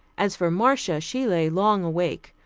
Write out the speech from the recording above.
as for marcia, she lay long awake,